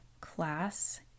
class